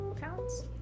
pounds